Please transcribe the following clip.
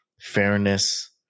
fairness